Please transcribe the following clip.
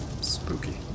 spooky